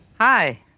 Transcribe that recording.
Hi